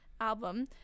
album